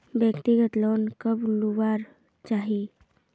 व्यक्तिगत लोन कब लुबार चही?